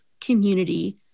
community